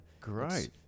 great